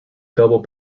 double